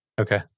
Okay